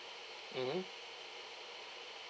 mmhmm